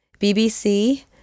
BBC